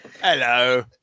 Hello